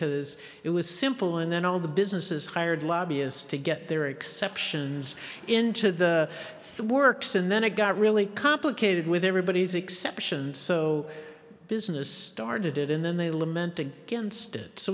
because it was simple and then all the businesses hired lobbyists to get their exceptions into the works and then it got really complicated with everybody's exceptions so business started it and then they lament against it so